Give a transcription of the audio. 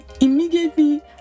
immediately